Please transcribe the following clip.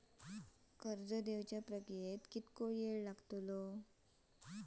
कर्ज देवच्या प्रक्रियेत किती येळ लागतलो?